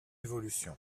évolution